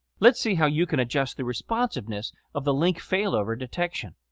let's see how you can adjust the responsiveness of the link failover detection.